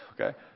Okay